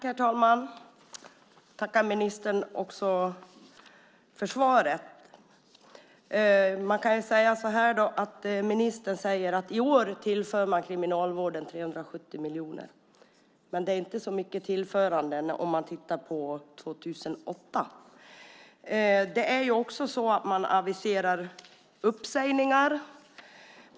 Herr talman! Jag tackar ministern för svaret. Ministern säger att man i år tillför kriminalvården 370 miljoner. Men det är inte så mycket av tillförande för 2008. Man aviserar uppsägningar.